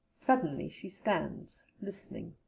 suddenly she stands listening.